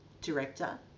director